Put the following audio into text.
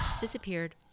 Disappeared